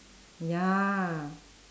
ya